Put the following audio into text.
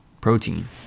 protein